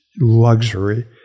Luxury